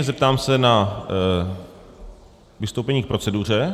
Zeptám se na vystoupení k proceduře.